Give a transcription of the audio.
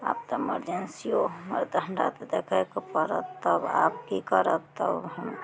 आब तऽ इमरजेनसियो हमरा देखयके पड़त तब आब की करब तऽ हम